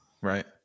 Right